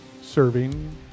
serving